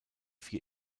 vier